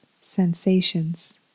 sensations